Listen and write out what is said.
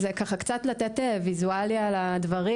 קצת לתת היבט וויזואלי על הדברים